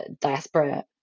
diaspora